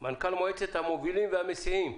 מנכ"ל מועצת המובילים והמסיעים.